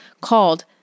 called